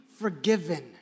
forgiven